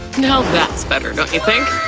now that's better, don't you think?